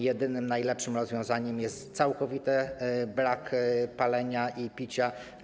Jedynym najlepszym rozwiązaniem jest całkowity brak palenia i picia.